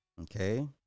Okay